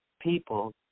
people